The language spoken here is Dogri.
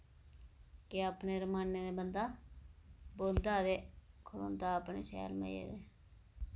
कि अपने रमान्ने नै बंदा बौंह्दा ते खड़ोंदा अपने शैल मजे दे